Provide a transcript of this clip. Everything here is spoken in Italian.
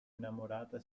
innamorata